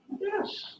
Yes